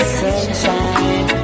sunshine